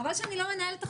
חבל שאני לא מנהלת עכשיו,